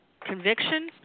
conviction